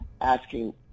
asking